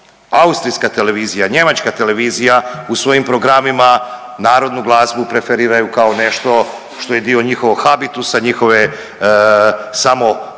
Austrijska televizija, njemačka televizija u svojim programima narodu glazbu preferiraju kao nešto što je dio njihovog habitusa, njihove samo